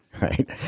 Right